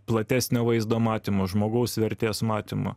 platesnio vaizdo matymą žmogaus vertės matymą